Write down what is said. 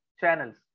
channels